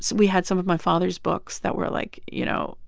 we had some of my father's books that were, like, you know,